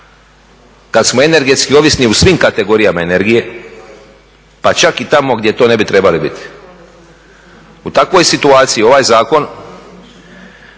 kada smo energetski ovisni u svim kategorijama energije pa čak i tamo gdje to ne bi trebali biti. U takvoj situaciji ovaj zakon